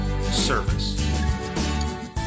Service